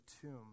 tomb